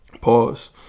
Pause